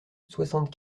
soixante